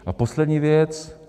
A poslední věc.